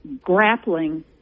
grappling